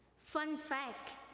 fun fact,